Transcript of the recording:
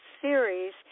series